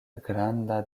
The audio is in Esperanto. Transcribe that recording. granda